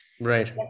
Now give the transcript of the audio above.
Right